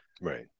Right